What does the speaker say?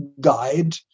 guide